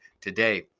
today